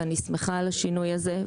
ואני שמחה על השינוי הזה.